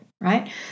right